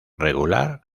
regular